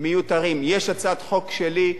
יש הצעת חוק שלי,